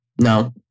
no